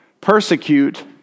Persecute